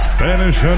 Spanish